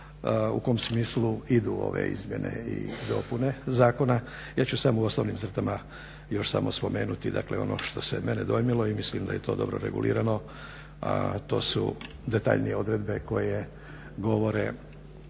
u kom smislu idu ove izmjene i dopune zakona, ja ću samo u osnovnim crtama još samo spomenuti ono što se mene dojmilo i mislim da je to dobro regulirano, a to su detaljnije odredbe koje govore